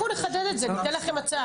אנחנו נחדד את זה, ניתן לכם הצעה.